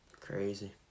Crazy